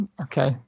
Okay